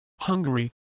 Hungary